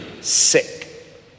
sick